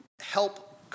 help